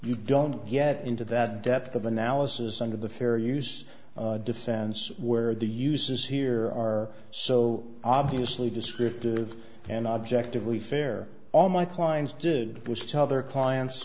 you don't get into that depth of analysis under the fair use defense where the uses here are so obviously descriptive and objectively fair all my clients did was tell their clients